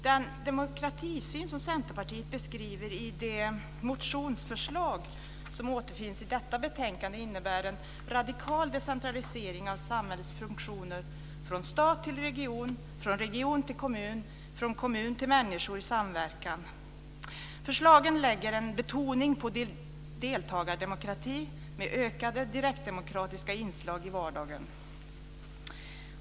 Den demokratisyn som Centerpartiet beskriver i det motionsförslag som återfinns i betänkandet innebär en radikal decentralisering av samhällsfunktioner från stat till region, från region till kommun och från kommun till människor i samverkan. Förslagen lägger en betoning på deltagardemokrati med ökade direktdemokratiska inslag i vardagen. Herr talman!